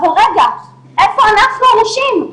אבל רגע, איפה אנחנו הנשים.